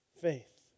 faith